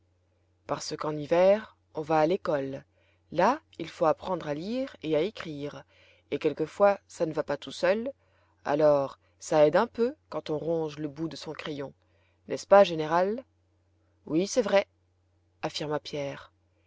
parce qu'en hiver on va à l'école là il faut apprendre à lire et à écrire et quelquefois ça ne va pas tout seul alors ça aide un peu quand on ronge le bout de son crayon n'est-ce pas général oui c'est vrai affirma pierre